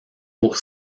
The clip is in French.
pour